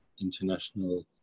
international